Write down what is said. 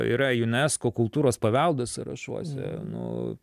yra unesco kultūros paveldo sąrašuose nu